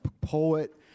poet